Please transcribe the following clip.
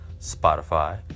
Spotify